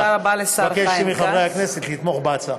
אני מבקש מחברי הכנסת לתמוך בהצעה.